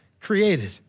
created